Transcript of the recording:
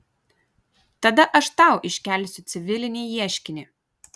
tada aš tau iškelsiu civilinį ieškinį